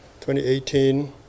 2018